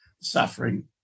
suffering